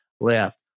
left